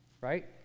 right